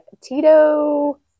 Tito